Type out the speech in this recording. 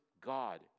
God